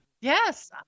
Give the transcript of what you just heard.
yes